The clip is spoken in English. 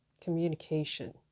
communication